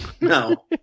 No